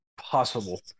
possible